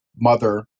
mother